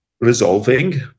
resolving